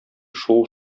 шул